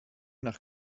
nach